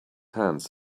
hands